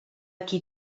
qui